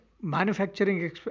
manufacturing